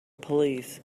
police